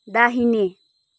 दाहिने